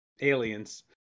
aliens